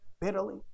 bitterly